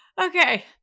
Okay